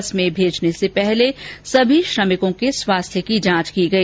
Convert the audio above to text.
बस में भेजने से पहले सभी श्रमिकों के स्वास्थ्य की जांच की गई